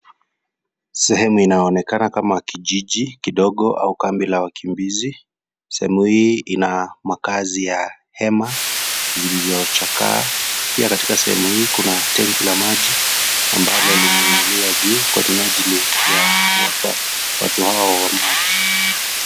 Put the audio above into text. Sehemu inaonekana kama kijiji kidogo au kambi la wakimbizi. Sehemu hii ina makazi ya hema zilizochakaa pia katika sehemu hii kuna tenki la maji ambalo limeinuliwa juu kwa minajili ya kuwapa watu hao maji.